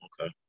Okay